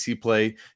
play